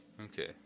Okay